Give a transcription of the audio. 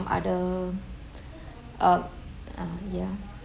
other err um ya